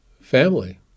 Family